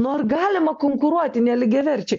nu ar galima konkuruoti nelygiaverčiai